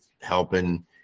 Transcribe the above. helping